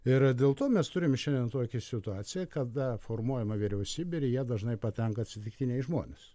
ir dėl to mes turime šiandien tuokią situaciją kada formuojama vyriausybė ir į ją dažnai patenka atsitiktiniai žmonės